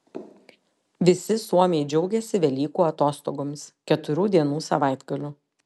visi suomiai džiaugiasi velykų atostogomis keturių dienų savaitgaliu